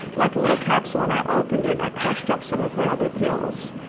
like a little capsule, and i opened it and i crushed up some of her other pills.